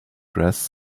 dress